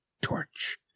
torch